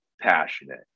passionate